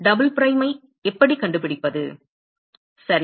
qs double prime ஐ எப்படி கண்டுபிடிப்பது சரி